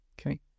Okay